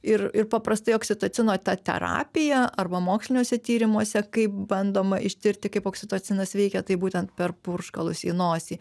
ir ir paprastai oksitocino ta terapija arba moksliniuose tyrimuose kaip bandoma ištirti kaip oksitocinas veikia tai būtent per purškalus į nosį